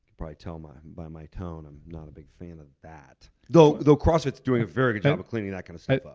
probably tell by my tone, i'm not a big fan of that, though though crossfit is doing a very good job of cleaning that kind of stuff up.